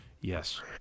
Yes